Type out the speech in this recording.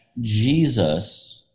Jesus